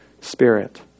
Spirit